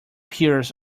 pears